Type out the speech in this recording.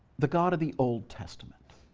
the god of the old testament.